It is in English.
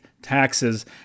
Taxes